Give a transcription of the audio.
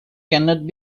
cannot